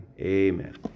amen